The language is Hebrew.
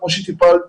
כמו שטיפלת